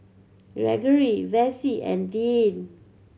Gregory Vessie and Deeann